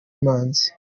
manzi